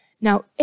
now